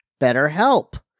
BetterHelp